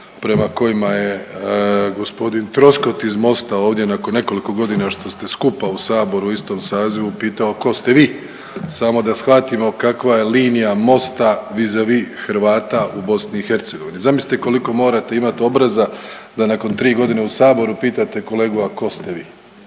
prema kojima je g. Troskot iz Mosta ovdje nakon nekoliko godina što ste skupa u Saboru u istom sazivu pitao ko ste vi, samo da shvatimo kakva je linija Mosta vis a vis Hrvata u BiH. Zamislite koliko morate imati obraza da nakon tri godine u Saboru pitate kolegu, a ko ste vi,